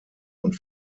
und